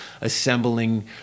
assembling